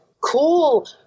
cool